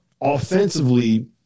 offensively